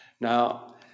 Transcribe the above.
Now